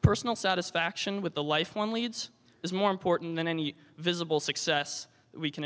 personal satisfaction with the life one leads is more important than any visible success we can